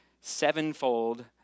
sevenfold